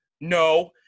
No